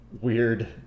weird